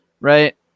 right